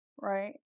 right